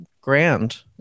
grand